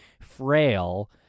frail